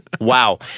Wow